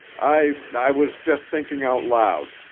i i was just thinking out loud.